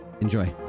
Enjoy